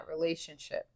relationship